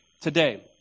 today